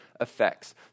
effects